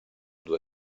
due